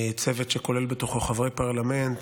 צוות שכולל בתוכו חברי פרלמנט